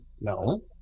no